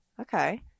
okay